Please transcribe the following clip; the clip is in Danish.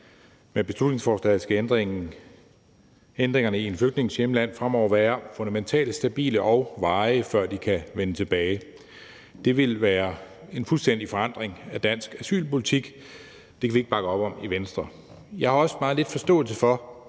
Med beslutningsforslaget skal ændringerne i en flygtnings hjemland fremover være fundamentale, stabile og varige, før en flygtning kan vende tilbage. Det vil være en fuldstændig forandring af dansk asylpolitik. Det kan vi ikke bakke op om i Venstre. Jeg har også meget lidt forståelse for,